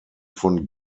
von